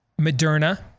Moderna